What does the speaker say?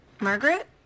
Margaret